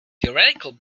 theoretical